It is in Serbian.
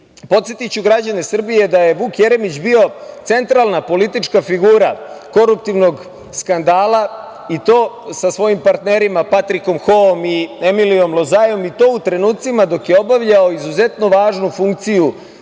Srbije. Podsetiću građane Srbije da je Vuk Jeremić bio centralna politička figura koruptivnog skandala i to sa svojim partnerima Patrikom Hoom i Emiliom Lozojom i to u trenucima dok je obavljao izuzetno važnu funkciju